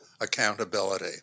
accountability